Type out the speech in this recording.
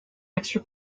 extra